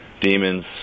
demons